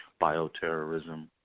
Bioterrorism